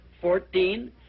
Fourteen